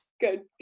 good